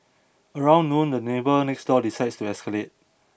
around noon the neighbour next door decides to escalate